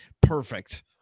Perfect